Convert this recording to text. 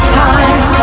time